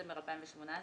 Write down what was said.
בדצמבר 2018)"